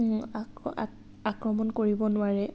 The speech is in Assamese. আক আক আক্ৰমণ কৰিব নোৱাৰে